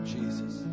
Jesus